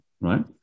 right